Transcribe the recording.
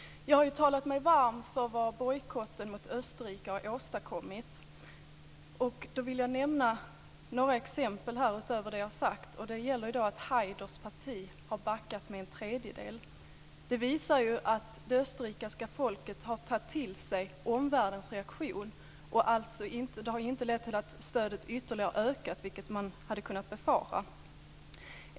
Jag har talat mig varm för vad bojkotten av Österrike har åstadkommit. Jag vill också nämna några exempel utöver det jag har sagt. Det är att Haiders parti har backat med en tredjedel. Det visar att det österrikiska folket har tagit till sig omvärldens reaktion. Det har inte lett till att stödet ytterligare har ökat, vilket man hade kunnat befara.